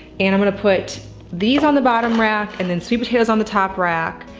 and i'm gonna put these on the bottom rack and then sweet potatoes on the top rack.